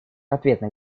ответных